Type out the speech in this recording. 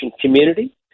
community